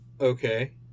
okay